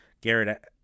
Garrett